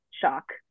shock